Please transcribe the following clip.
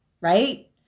right